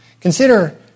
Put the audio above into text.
Consider